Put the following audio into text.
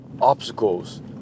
obstacles